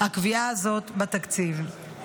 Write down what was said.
הקביעה הזאת בתקציב.